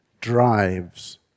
drives